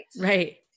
Right